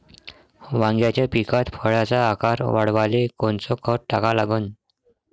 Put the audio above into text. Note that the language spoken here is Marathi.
वांग्याच्या पिकात फळाचा आकार वाढवाले कोनचं खत टाका लागन?